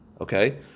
okay